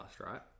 right